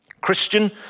Christian